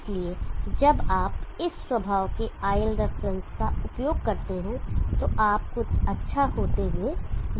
इसलिए जब आप इस स्वभाव के iLref का उपयोग करते हैं तो आप कुछ अच्छा होते हुए देखते हैं